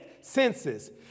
senses